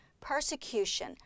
persecution